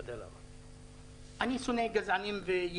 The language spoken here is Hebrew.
אני מתעב גזענים.